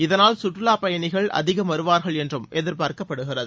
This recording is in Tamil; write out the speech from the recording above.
இதனால் சுற்றுலாப் பயணிகள் அதிகம் வருவார்கள் என்று எதிர்பார்க்கப்படுகிறது